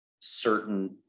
certain